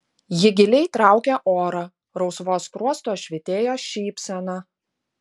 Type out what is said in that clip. ji giliai traukė orą rausvuos skruostuos švytėjo šypsena